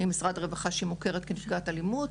ממשרד הרווחה שהיא מוכרת כנפגעת אלימות.